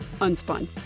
Unspun